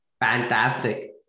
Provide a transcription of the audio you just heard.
Fantastic